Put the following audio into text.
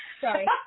Sorry